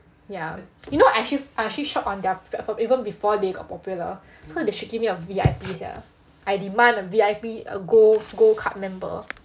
you know I actually I actually shop on their platform even before they got popular so they should give me a V_I_P sia I demand a V_I_P a gold gold card member